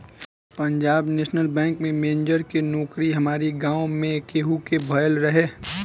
Punjab national bank में manager के नोकरी हमारी गांव में केहू के भयल रहे